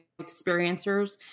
experiencers